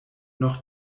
noch